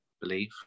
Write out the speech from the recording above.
believe